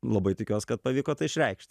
labai tikiuos kad pavyko tą išreikšt